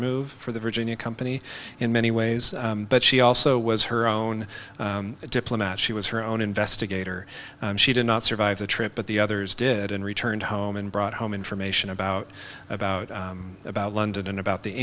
move for the virginia company in many ways but she also was her own diplomat she was her own investigator she did not survive the trip but the others did and returned home and brought home information about about about london and about the